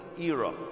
era